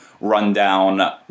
rundown